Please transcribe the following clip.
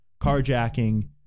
carjacking